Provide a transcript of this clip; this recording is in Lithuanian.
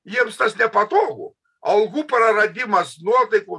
jiems tas nepatogu algų praradimas nuotaikų